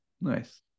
Nice